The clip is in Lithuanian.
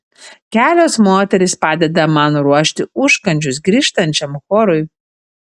kelios moterys padeda man ruošti užkandžius grįžtančiam chorui